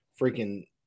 freaking